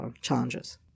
challenges